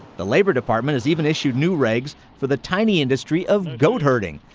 the labor department has even issued new regs for the tiny industry of goat herding.